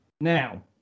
Now